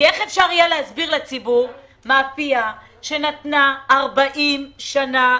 כי איך אפשר יהיה להסביר לציבור מאפייה שנתנה 40 שנים,